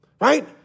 right